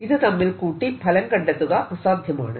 ഇത് തമ്മിൽ കൂട്ടി ഫലം കണ്ടെത്തുക അസാധ്യമാണ്